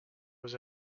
was